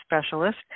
specialist